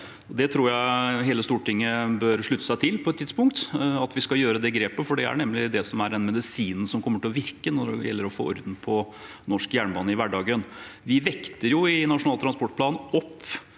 Det tror jeg hele Stortinget bør slutte seg til på et tidspunkt, at vi skal ta det grepet, for det er nemlig den medisinen som kommer til å virke når det gjelder å få orden på norsk jernbane i hverdagen. Vi vekter i Nasjonal transportplan opp